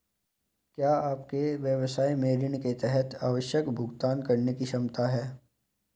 क्या आपके व्यवसाय में ऋण के तहत आवश्यक भुगतान करने की क्षमता है?